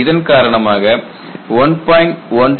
இதன் காரணமாக 1